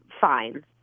Fine